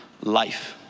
Life